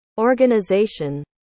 Organization